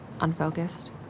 unfocused